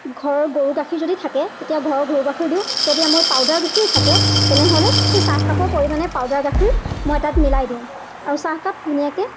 ঘৰৰ গৰু গাখীৰ যদি থাকে তেতিয়া ঘৰৰ গৰু গাখীৰ দিওঁ যদি আ মোৰ পাউদাৰ গাখীৰ থাকে তেনেহ'লে সেই চাহকাপৰ পৰিমাণে পাউদাৰ গাখীৰ মই তাত মিলাই দিওঁ আৰু চাহকাপ ধুনীয়াকৈ